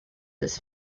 his